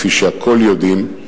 כפי שהכול יודעים,